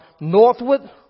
northward